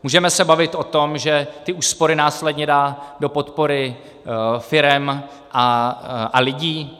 Můžeme se bavit o tom, že ty úspory následně dá do podpory firem a lidí.